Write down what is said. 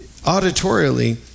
auditorially